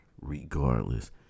regardless